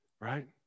right